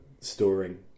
storing